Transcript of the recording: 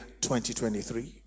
2023